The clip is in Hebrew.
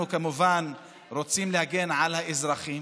אנחנו כמובן רוצים להגן על האזרחים